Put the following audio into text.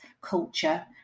culture